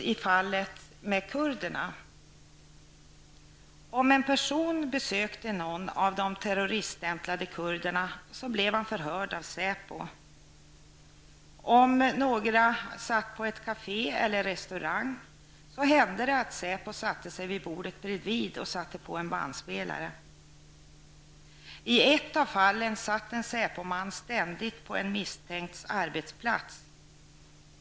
Om en person besökte någon av de terroriststämplade kurderna blev han förhörd av SÄPO. Om man satt på ett kafé eller en restaurang hände det att en SÄPO-man satte sig vid bordet bredvid och satte på en bandspelare. I ett fall satt en SÄPO-man ständigt på en misstänkts arbetsplats.